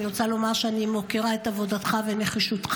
אני רוצה לומר שאני מוקירה את עבודתך ונחישותך.